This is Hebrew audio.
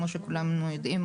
כמו שכולנו יודעים,